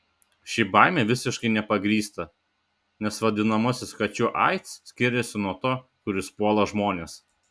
ši baimė visiškai nepagrįsta nes vadinamasis kačių aids skiriasi nuo to kuris puola žmones